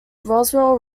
roswell